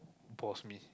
pause me